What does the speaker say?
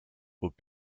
zob